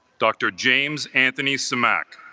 dr. james anthony sumac